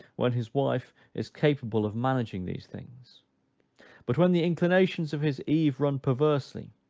when his wife is capable of managing these things but when the inclinations of his eve run perversely,